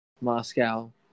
moscow